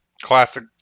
Classic